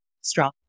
strong